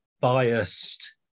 biased